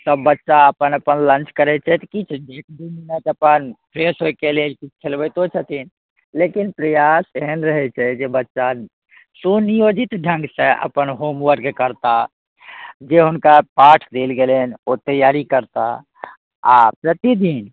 सब बच्चा अपन अपन लन्च करै छथि किछु एकाध गोटा अपन फ्रेश होइके लेल किछु खेलबैतो छथिन लेकिन प्रयास एहन रहै छै जे बच्चा सुनियोजित ढङ्गसँ अपन होमवर्क करता जे हुनका पाठ देल गेलनि ओ तैआरी करता आओर प्रतिदिन